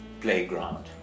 playground